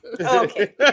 Okay